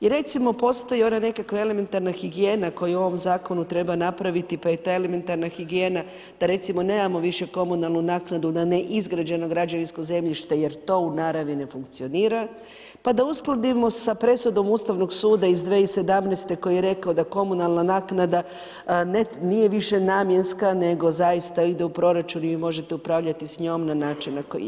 I recimo postoji ona nekakva elementarna higijena koju u ovom zakonu treba napraviti pa je ta elementarna higijena da recimo nemamo više komunalnu naknadu na neizgrađeno građevinsko zemljište jer to u naravi ne funkcionira pa da uskladimo sa presudom Ustavnog suda iz 2017. koji je rekao da komunalna naknada nije više namjenska nego zaista ide u proračun i možete upravljati s njom na način na koji je.